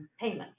payment